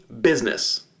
business